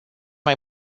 mai